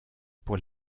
pour